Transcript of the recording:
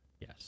Yes